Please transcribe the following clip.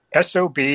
SOB